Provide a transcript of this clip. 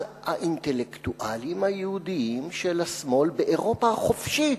אז האינטלקטואלים היהודים של השמאל באירופה החופשית,